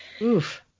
Oof